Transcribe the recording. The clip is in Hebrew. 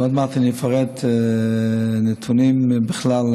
עוד מעט אני אפרט נתונים בכלל,